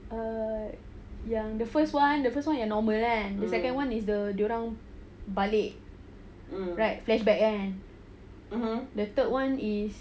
err yang the first [one] the first [one] ya normal kan the second [one] is the dorang balik right flashback kan the third [one] is